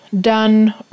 done